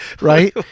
right